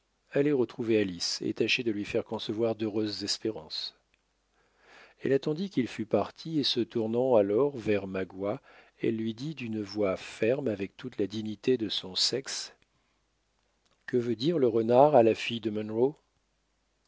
allez retrouver alice et tâchez de lui faire concevoir d'heureuses espérances elle attendit qu'il fût parti et se tournant alors vers magua elle lui dit d'une voix ferme avec toute la dignité de son sexe que veut dire le renard à la fille de munro